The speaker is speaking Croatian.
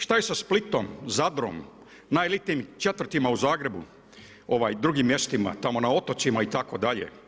Šta je sa Splitom, Zadrom, najelitnijim četvrtima u Zagrebu, drugim mjestima tamo na otocima itd.